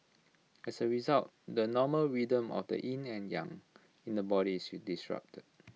as A result the normal rhythm of the yin and yang in the body is disrupted